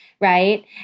right